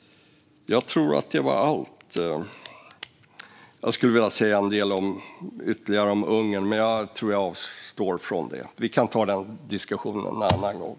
Jag skulle ha velat säga ytterligare något om Ungern, men jag avstår. Vi kan ta den diskussionen en annan gång.